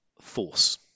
Force